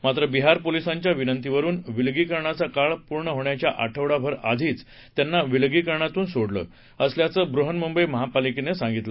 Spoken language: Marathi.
मात्र बिहार पोलिसांच्या विनंतीवरून विलगीकरणाचा काळ पूर्ण होण्याच्या आठवडाभर आधीच त्यांना विलगीकरणातून सोडलं असल्याचं बृहन्मुंबई महापालिकेनं सांगितलं